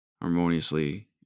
harmoniously